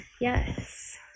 Yes